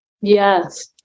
yes